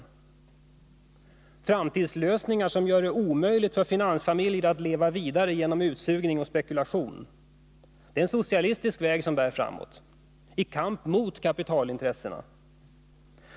Sådana framtidslösningar gör det omöjligt för finansfamiljer att leva vidare genom utsugning och spekulation. Det är en socialistisk väg som bär framåt, i kamp mot kapitalintressena.